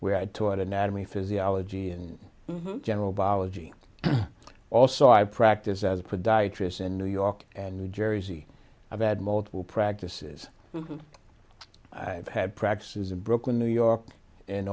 where i taught anatomy physiology in general biology also i practice as a podiatrist in new york and new jersey i've had multiple practices i've had practices in brooklyn new york and